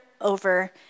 over